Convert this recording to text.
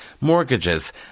mortgages